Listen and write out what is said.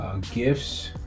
Gifts